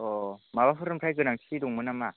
माबाफोर ओमफ्राय गोनांथि दंमोन नामा